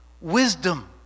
wisdom